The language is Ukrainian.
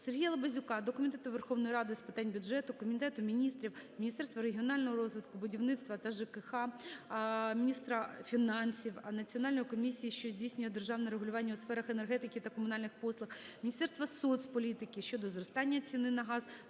Сергія Лабазюка до Комітету Верховної Ради з питань бюджету, Кабінету Міністрів, Міністерства регіонального розвитку, будівництва та ЖКГ, міністра фінансів, Національної комісії, що здійснює державне регулювання у сферах енергетики та комунальних послуг, Міністерства соцполітики України щодо зростання ціни на газ